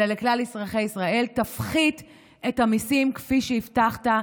אלא לכלל אזרחי ישראל: תפחית את המיסים כפי שהבטחת.